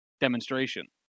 demonstration